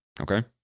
Okay